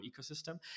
ecosystem